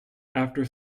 after